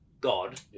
God